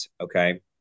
okay